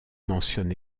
mentionne